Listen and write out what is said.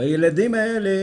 והילדים האלה